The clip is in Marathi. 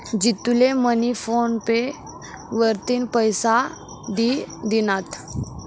जितू ले मनी फोन पे वरतीन पैसा दि दिनात